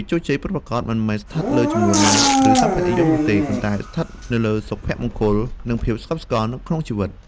ភាពជោគជ័យពិតប្រាកដមិនមែនស្ថិតនៅលើចំនួន "Like" ឬសម្ភារៈនិយមនោះទេ ប៉ុន្តែស្ថិតនៅលើសុភមង្គល និងភាពស្កប់ស្កល់ក្នុងជីវិតវិញ។